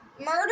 murder